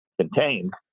contained